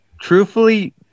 Truthfully